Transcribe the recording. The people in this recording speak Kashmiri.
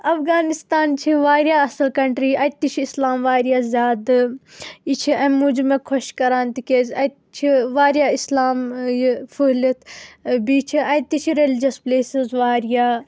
افغانستان چھِ واریاہ اصٕل کنٹرٛی اتہِ تہِ چھِ اِسلام واریاہ زیادٕ یہِ چھِ امہِ موجوب مےٚ خۄش کَران تِکیازِ اتہِ چھِ واریاہ اسلام یہِ پہٕہلِتھ بیٚیہِ چھِ اَتہِ تہِ چھِ ریٚلِجیٚس پلیسِز واریاہ